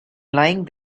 lying